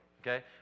Okay